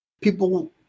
People